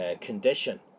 condition